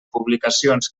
publicacions